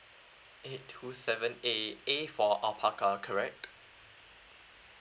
eight two seven A A for alpaca correct